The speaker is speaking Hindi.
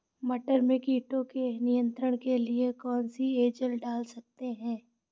मटर में कीटों के नियंत्रण के लिए कौन सी एजल डाल सकते हैं?